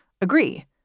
agree